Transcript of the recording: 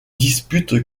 disputent